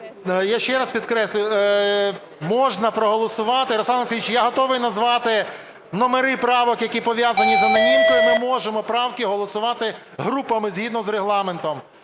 Я ще раз підкреслюю, можна проголосувати, Руслан Олексійович, я готовий назвати номери правок, які пов'язані з анонімкою, ми можемо правки голосувати групами згідно з Регламентом.